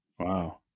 wow